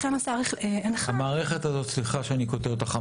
לכן השר הנחה --- סליחה שאני קוטע אותך.